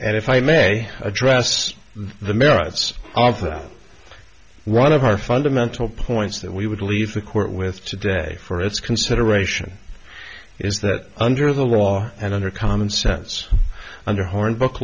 and if i may address the merits of that one of our fundamental points that we would leave the court with today for its consideration is that under the law and under common sense under hornbook